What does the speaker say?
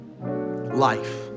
life